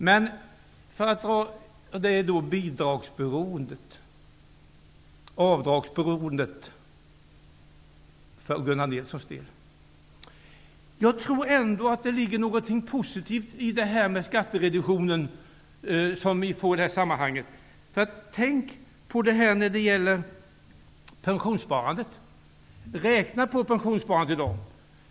Men det är då bidragsberoendet, avdragsberoendet, kommer in för Gunnar Nilssons del. Jag tror ändå att det ligger någonting positivt i den skattereduktion som vi får i det här sammanhanget. Tänk på pensionssparandet! Räkna på pensionssparandet i dag!